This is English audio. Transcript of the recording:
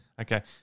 Okay